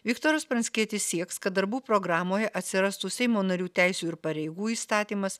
viktoras pranckietis sieks kad darbų programoje atsirastų seimo narių teisių ir pareigų įstatymas